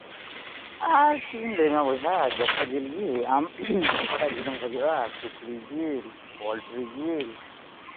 ᱟᱨ ᱪᱮᱫ ᱤᱧ ᱞᱟᱹᱭᱟᱢᱟ ᱵᱚᱭᱦᱟ ᱡᱚᱛᱚ ᱡᱤᱞ ᱜᱮ ᱟᱢ ᱚᱠᱟᱴᱟᱜ ᱡᱤᱞᱮᱢ ᱠᱷᱚᱡᱚᱜᱼᱟ ᱥᱩᱠᱨᱤ ᱡᱤᱞ ᱯᱳᱞᱴᱨᱤ ᱡᱤᱞ